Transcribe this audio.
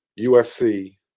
USC